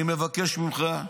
אני מבקש ממך,